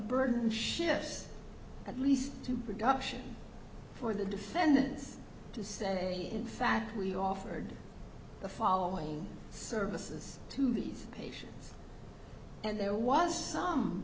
burden shifts at least to production for the defendants to say in fact we offered the following services to these patients and there was